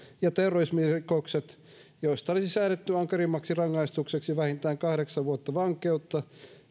ja terrorismirikokset joista olisi säädetty ankarimmaksi rangaistukseksi vähintään kahdeksan vuotta vankeutta